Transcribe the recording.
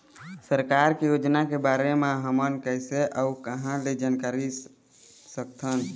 सरकार के योजना के बारे म हमन कैसे अऊ कहां ल जानकारी सकथन?